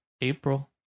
April